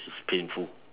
its painful